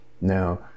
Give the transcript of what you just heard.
Now